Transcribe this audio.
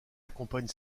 accompagne